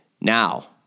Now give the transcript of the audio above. Now